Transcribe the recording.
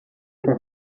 com